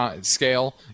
scale